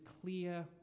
clear